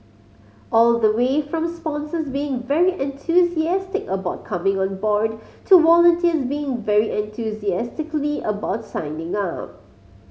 all the way from sponsors being very enthusiastic about coming on board to volunteers being very enthusiastically about signing up